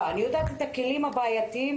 אני יודעת את הכלים הבעייתיים,